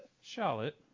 Charlotte